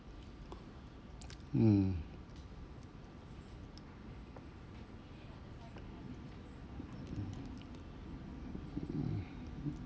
mm